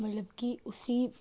मतलब कि उसी